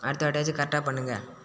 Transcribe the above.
அடுத்த வாட்டியாச்சும் கரெக்ட்டாக பண்ணுங்கள்